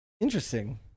interesting